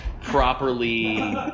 properly